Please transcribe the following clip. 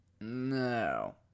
No